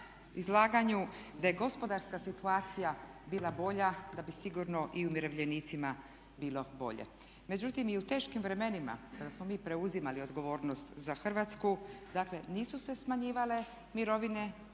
izlaganju da je gospodarska situacija bila bolja da bi sigurno i umirovljenicima bilo bolje. Međutim i u teškim vremenima kada smo mi preuzimali odgovornost za Hrvatsku dakle nisu se smanjivale mirovine